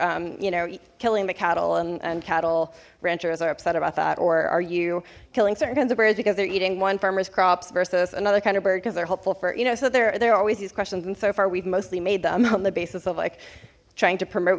they're you know killing the cattle and cattle ranchers are upset about that or are you killing certain kinds of birds because they're eating one farmers crops versus another kind of bird because they're hopeful for it you know so they're they're always these questions and so far we've mostly made them on the basis of like trying to promote